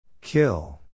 Kill